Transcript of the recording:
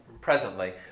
presently